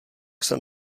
jsem